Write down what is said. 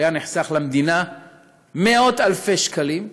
היו נחסכים למדינה מאות אלפי שקלים,